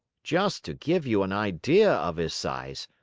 just to give you an idea of his size,